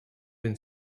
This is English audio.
been